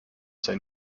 sein